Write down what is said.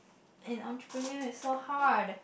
an entrepreneur is so hard